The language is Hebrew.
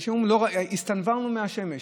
אנשים אמרו: הסתנוורנו מהשמש.